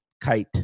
kite